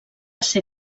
ser